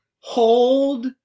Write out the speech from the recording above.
Hold